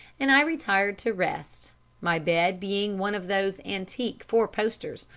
and i retired to rest my bed being one of those antique four-posters,